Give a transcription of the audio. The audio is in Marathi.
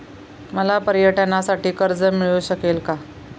मला पर्यटनासाठी कर्ज मिळू शकेल का?